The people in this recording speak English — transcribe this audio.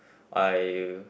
I